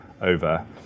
over